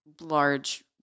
large